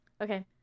okay